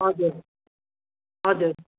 हजुर हजुर